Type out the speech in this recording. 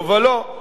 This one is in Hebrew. לא ולא.